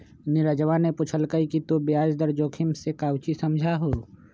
नीरजवा ने पूछल कई कि तू ब्याज दर जोखिम से काउची समझा हुँ?